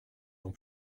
dans